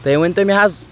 تُہۍ ؤنۍتو مےٚ حظ